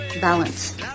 Balance